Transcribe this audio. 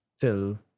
till